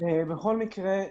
בכל מקרה,